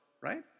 right